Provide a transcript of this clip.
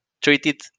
treated